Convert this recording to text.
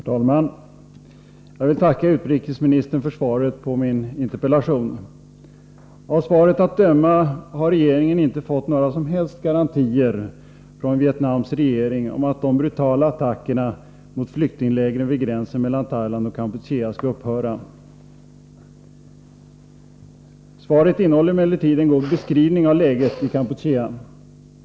Herr talman! Jag vill tacka utrikesministern för svaret på min interpellation. Av svaret att döma har regeringen inte fått några som helst garantier från Vietnams regering om att de brutala attackerna mot flyktinglägren vid gränsen mellan Thailand och Kampuchea skall upphöra. Svaret innehåller emellertid en god beskrivning av läget i Kampuchea.